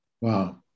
wow